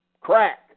crack